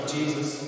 Jesus